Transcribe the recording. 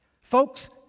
Folks